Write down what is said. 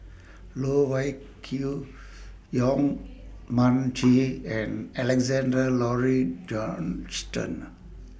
Loh Wai Kiew Yong Mun Chee and Alexander Laurie Johnston